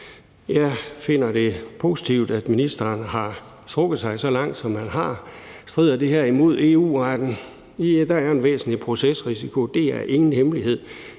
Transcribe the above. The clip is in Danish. Jeg finder det positivt, at ministeren har strakt sig så langt, som han har. Strider det her imod EU-retten? Ja, der er en væsentlig procesrisiko, det er ingen hemmelighed,